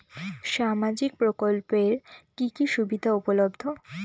সামাজিক প্রকল্প এর কি কি সুবিধা উপলব্ধ?